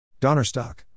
Donnerstock